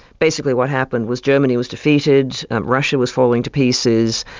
basically what happened was germany was defeated, russia was falling to pieces,